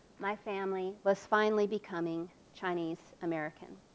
my family was finally becoming chinese american.